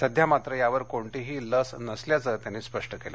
सध्या मात्र यावर कोणतीही लस नसल्याचं त्यांनी स्पष्ट केलं